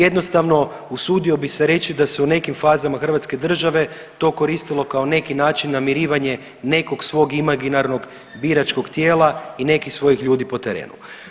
Jednostavno usudio bi se reći da se u nekim fazama hrvatske države to koristilo kao neki način namirivanje nekog svog imaginarnog biračkog tijela i nekih svojih ljudi po terenu.